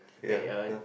ya !huh!